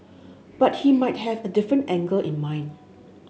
but he might have a different angle in mind